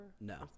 No